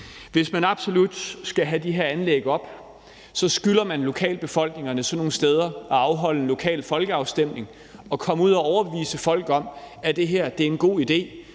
Hvis man absolut skal have de her anlæg op, skylder man lokalbefolkningerne sådan nogle steder at afholde en lokal folkeafstemning og komme ud og overbevise folk om, at det er en god idé.